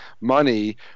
money